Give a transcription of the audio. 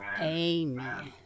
Amen